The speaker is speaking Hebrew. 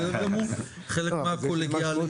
חלק מהקולגיאליות.